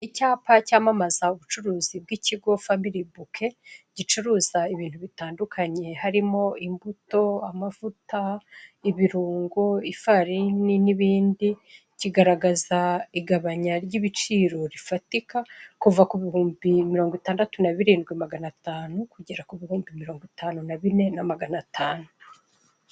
Icyapa cyamamaza ubucuruzi by'ikigo famili buke, gicuruza ibintu bitandukanye harimo imbuto, amavuta, ibirungo, ifarini n'ibindi kigaragaza ry'ibiciro rifatika kuva ku bihumbi mirongo itandatu na birindwi magana tanu kugera ku bihumbi mirongo itanu na bine na magana tanu.